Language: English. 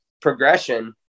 progression